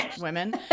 women